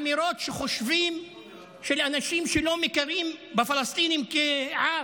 אמירות של אנשים שלא מכירים בפלסטינים כעם,